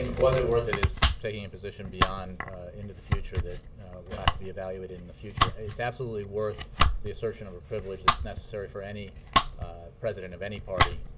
was it worth it is taking a position beyond into the future that will have to be evaluated in the future. it's absolutely worth the assertion of a privilege that's necessary for any president of any party